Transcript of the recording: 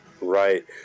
Right